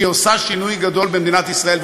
שהיא עושה שינוי גדול במדינת ישראל.